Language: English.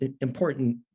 important